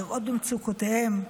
לראות במצוקותיהם,